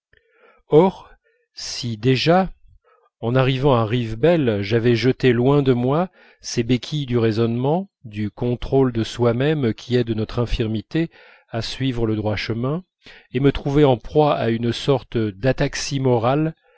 or si déjà arrivant à rivebelle j'avais jeté loin de moi ces béquilles du raisonnement du contrôle de soi-même qui aident notre infirmité à suivre le droit chemin et me trouvais en proie à une sorte d'ataxie morale